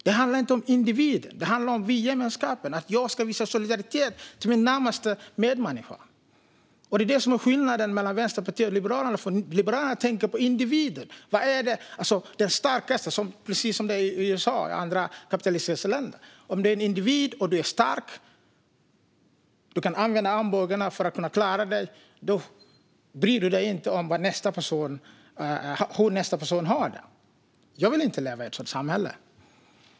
Det handlar inte om individer utan om vi i gemenskapen. Jag ska visa solidaritet för min närmaste medmänniska. Det är detta som är skillnaden mellan Vänsterpartiet och liberaler. Liberaler tänker på individen. Det är precis som i USA och andra kapitalistiska länder. Om du är individ och är stark och kan använda armbågarna för att klara dig bryr du dig inte om hur din nästa har det. Jag vill inte leva i ett sådant samhälle.